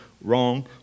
wrong